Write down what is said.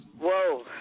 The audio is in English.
Whoa